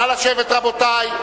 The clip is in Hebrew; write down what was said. נא לשבת רבותי.